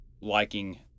liking